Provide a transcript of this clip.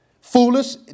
Foolish